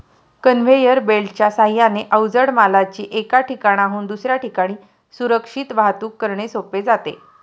conveyor बेल्टच्या साहाय्याने अवजड मालाची एका ठिकाणाहून दुसऱ्या ठिकाणी सुरक्षित वाहतूक करणे सोपे जाते